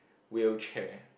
wheelchair